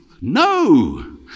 No